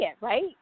right